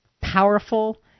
powerful